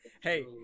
hey